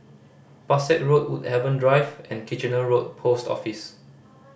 Pesek Road Woodhaven Drive and Kitchener Road Post Office